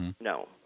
No